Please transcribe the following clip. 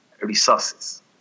resources